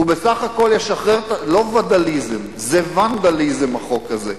לא וד"ליזם, זה ונדליזם החוק הזה.